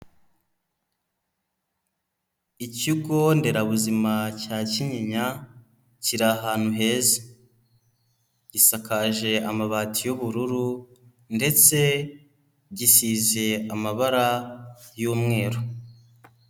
Ikigo nderabuzima cya Kinyinya kiri ahantu heza, gisakaje amabati y'ubururu ndetse gisize amabara y'umweru.